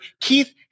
Keith